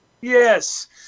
Yes